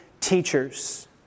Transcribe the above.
teachers